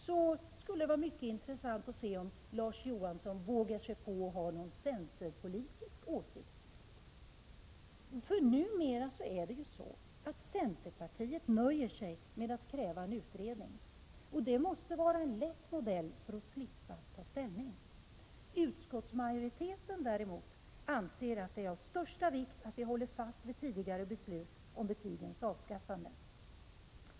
Det skulle vara mycket intressant att höra om Larz Johansson vågar ha någon centerpolitisk åsikt. Numera nöjer sig centerpartiet med att kräva en utredning. Det måste vara en lätt modell, för att man skall slippa ta ställning. Utskottsmajoriteten anser emellertid att det är av största vikt att hålla fast vid tidigare beslut om betygens avskaffande.